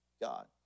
God